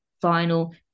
final